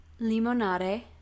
Limonare